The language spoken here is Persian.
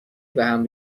بهم